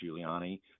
Giuliani